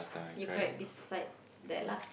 you cried besides that lah